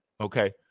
okay